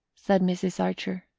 said mrs. archer,